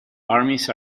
armies